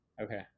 okay